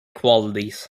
qualities